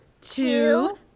two